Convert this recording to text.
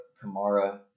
Kamara